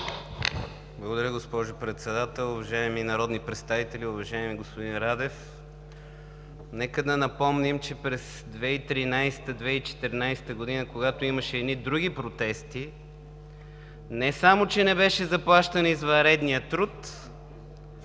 Благодаря, госпожо Председател. Уважаеми народни представители! Уважаеми господин Радев, нека да напомним, че през 2013 – 2014 г., когато имаше едни други протести, не само че не беше заплащан извънредният труд,